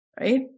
right